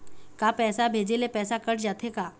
का पैसा भेजे ले पैसा कट जाथे का?